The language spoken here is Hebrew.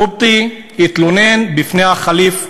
הקופטי התלונן בפני הח'ליף השני,